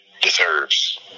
deserves